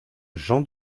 jean